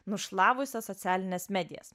nušlavusia socialines medijas